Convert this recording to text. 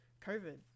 COVID